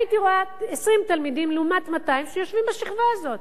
הייתי רואה 20 תלמידים לעומת 200 שיושבים בשכבה הזאת.